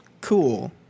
cool